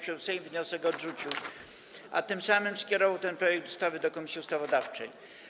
Sejm wniosek odrzucił, a tym samym skierował ten projekt ustawy do Komisji Ustawodawczej.